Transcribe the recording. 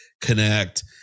connect